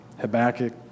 Habakkuk